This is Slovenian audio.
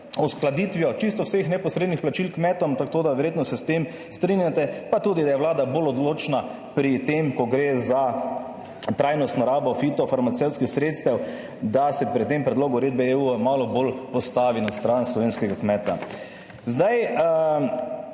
z uskladitvijo čisto vseh neposrednih plačil kmetom. Tako da verjetno se s tem strinjate, pa tudi, da je Vlada bolj odločna pri tem, ko gre za trajnostno rabo fitofarmacevtskih sredstev, da se pri tem predlogu uredbe EU malo bolj postavi stran slovenskega kmeta.